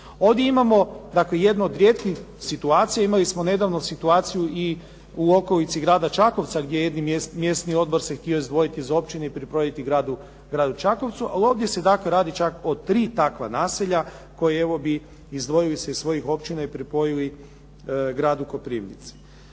Ovdje imamo dakle jednu od rijetkih situacija, imali smo nedavno situaciju i u okolici grada Čakovca gdje se jedan mjesni odbor se htio izdvojiti iz općine i pripojiti gradu Čakovcu. Ali ovdje se radi čak o tri takva naselja koje evo bi izdvojili se iz svojih općina i pripojili gradu Koprivnici.